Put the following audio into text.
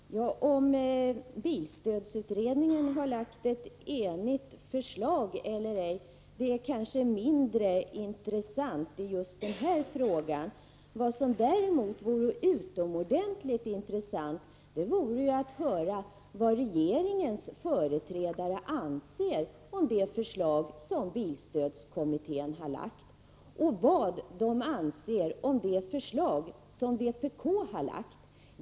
Herr talman! Om bilstödsutredningen har lagt fram ett enigt förslag eller ej kanske är mindre intressant i just den här frågan. Däremot vore det utomordentligt intressant att höra vad regeringens företrädare anser om det förslag som bilstödskommittén har lagt fram och vad de anser om vpk:s förslag.